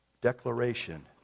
declaration